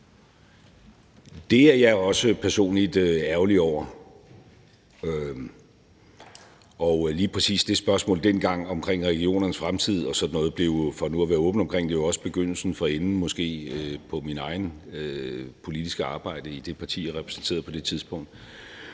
Det er jeg også personligt ærgerlig over, og lige præcis det spørgsmål dengang omkring regionernes fremtid og sådan noget blev – for nu at være åben omkring det – jo også begyndelsen til enden, måske, på mit eget politiske arbejde i det parti, jeg repræsenterede på det tidspunkt,